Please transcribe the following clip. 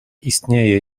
istnieje